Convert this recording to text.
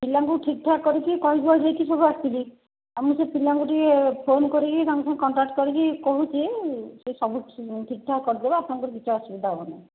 ପିଲାଙ୍କୁ ଠିକ୍ଠାକ୍ କରିକି କହିକୁହା ଦେଇକି ସବୁ ଆସିବି ଆଉ ମୁଁ ସେ ପିଲାଙ୍କୁ ଟିକେ ଫୋନ୍ କରିକି ତାଙ୍କ ସାଙ୍ଗେ କଣ୍ଟାକ୍ଟ୍ କରିକି କହୁଛି ସେ ସବୁ ଠିକ୍ଠାକ୍ କରିଦେବ ଆପଣଙ୍କର କିଛି ଅସୁବିଧା ହେବନାହିଁ